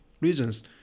reasons